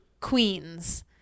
Queens